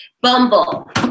Bumble